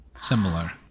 Similar